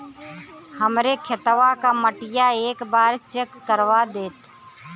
हमरे खेतवा क मटीया एक बार चेक करवा देत?